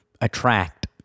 attract